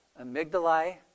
Amygdalae